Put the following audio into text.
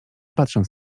patrząc